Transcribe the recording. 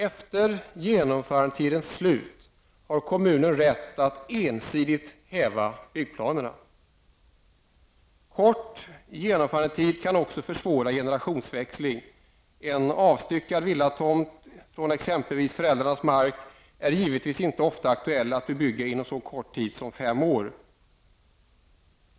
Efter genomförandetidens slut har kommunen rätt att ensidigt häva byggplanerna. Kort genomförandetid kan också försvåra generationsväxling: en avstyckad villatomt från exempelvis föräldrarnas mark är givetvis inte ofta aktuell att bebygga inom så kort tid som fem år.